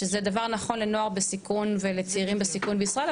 שזה דבר נכון לנוער בסיכון ולצעירים בסיכון בישראל,